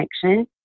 Connection